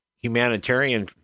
humanitarian